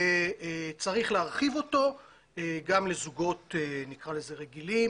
וצריך להרחיב אותו גם לזוגות נקרא לזה רגילים